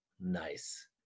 Nice